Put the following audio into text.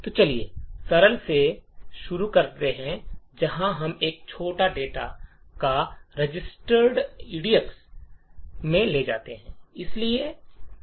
तो चलिए सरल से शुरू करते हैं जहां हम कुछ डेटा को रजिस्टर एडक्स में ले जाना चाहते हैं